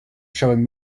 showing